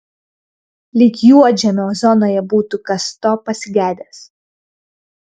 lyg juodžemio zonoje būtų kas to pasigedęs